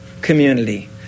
community